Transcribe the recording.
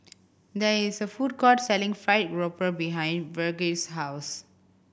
there is a food court selling fried grouper behind Virge's house